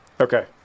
Okay